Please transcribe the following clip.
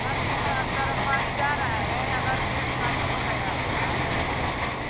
हर तरफ हर तरफ पानी जा रहा है अगर लेट पास हो गया होगा तो उसके लिए